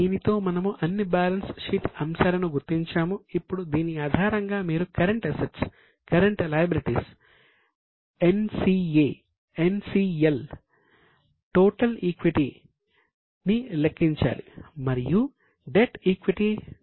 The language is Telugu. దీనితో మనము అన్ని బ్యాలెన్స్ షీట్ అంశాలను గుర్తించాము ఇప్పుడు దీని ఆధారంగా మీరు కరెంట్ అసెట్స్ని లెక్కించాలి